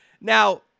Now